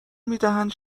میدهد